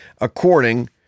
according